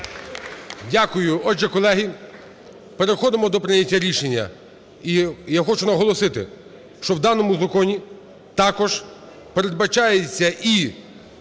Дякую. Отже, колеги, переходимо до прийняття рішення. І я хочу наголосити, що в даному законі також передбачається і